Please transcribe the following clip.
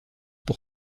pour